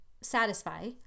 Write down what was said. satisfy